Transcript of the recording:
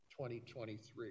2023